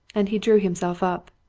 and he drew himself up.